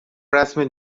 رسم